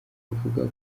bavuga